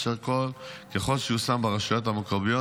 אשר ככל שייושם ברשויות המקומיות,